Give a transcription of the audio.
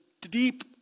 deep